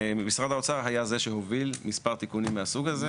משרד האוצר היה זה שהוביל מספר תיקונים מהסוג הזה.